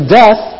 death